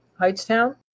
Heightstown